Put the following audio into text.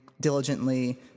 diligently